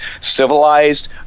civilized